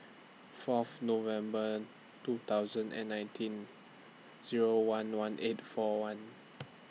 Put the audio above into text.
Fourth November two thousand and nineteen Zero one one eight four one